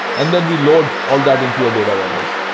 and then we load all that into a data warehouse.